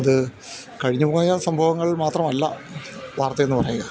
അത് കഴിഞ്ഞുപോയ സംഭവങ്ങൾ മാത്രമല്ല വാർത്ത എന്ന് പറയുക